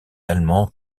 allemands